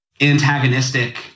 antagonistic